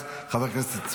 חבר הכנסת יצחק פינדרוס,